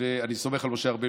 ואני סומך על משה ארבל,